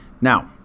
Now